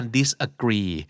disagree